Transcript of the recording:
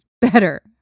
better